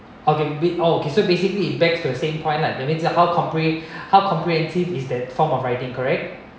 okay bit oh okay so basically it back to the same point lah that's mean how compre~ how comprehensive is that form of writing correct